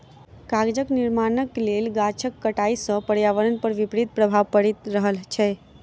कागजक निर्माणक लेल गाछक कटाइ सॅ पर्यावरण पर विपरीत प्रभाव पड़ि रहल छै